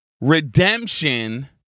Redemption